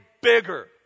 bigger